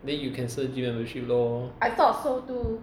then you cancel gym membership lor